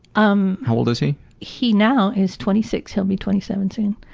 um how old is he? he now is twenty six. he'll be twenty seven soon.